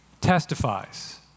testifies